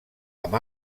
amb